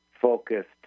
focused